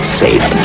safe